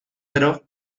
gero